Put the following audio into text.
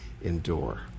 endure